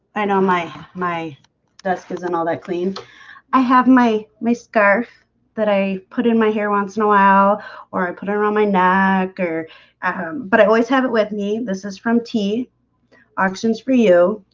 i know my my desk isn't all that clean i have my my scarf that i put in my hair once in a while or i put it around my neck, or but i always have it with me. this is from tea auctions for you.